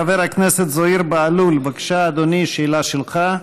חבר הכנסת זוהיר בהלול, בבקשה, אדוני, שאלה שלך.